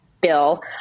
bill